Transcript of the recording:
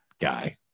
guy